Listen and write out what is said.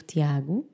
Tiago